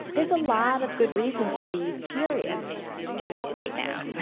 there's a lot of good reason to be furious right now.